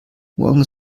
morgen